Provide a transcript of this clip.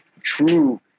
true